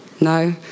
No